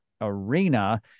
arena